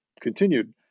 continued